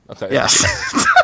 Yes